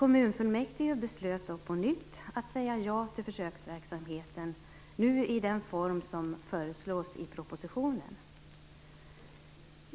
Kommunfullmäktige beslöt då på nytt att säga ja till försöksverksamheten, nu i den form som föreslås i propositionen.